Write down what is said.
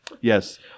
Yes